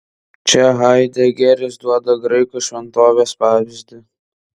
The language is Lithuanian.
čia haidegeris duoda graikų šventovės pavyzdį